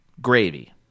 gravy